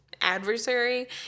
adversary